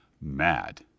Mad